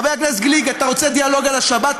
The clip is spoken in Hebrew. חבר הכנסת גליק, אתה רוצה דיאלוג על השבת?